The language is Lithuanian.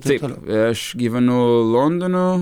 taip aš gyvenu londonu